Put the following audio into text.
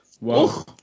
Wow